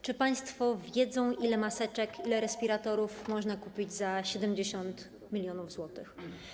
Czy państwo wiedzą, ile maseczek, ile respiratorów można kupić za 70 mln zł?